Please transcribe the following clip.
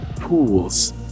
Pools